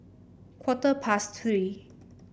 quarter past Three